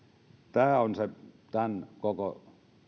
tämä on se tämän koko